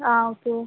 ஆ okay